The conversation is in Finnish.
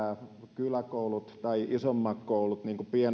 kyläkoulut tai isommat koulut